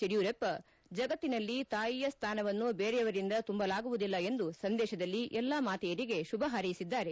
ಯಡಿಯೂರಪ್ಪ ಜಗತ್ತಿನಲ್ಲಿ ತಾಯಿಯ ಸ್ಥಾನವನ್ನು ಬೇರೆಯವರಿಂದ ತುಂಬಲಾಗುವುದಿಲ್ಲ ಎಂದು ತಮ್ಮ ಸಂದೇಶದಲ್ಲಿ ಎಲ್ಲಾ ಮಾತೆಯರಿಗೆ ಶುಭ ಹಾರ್ೈಸಿದ್ದಾರೆ